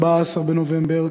14 בנובמבר,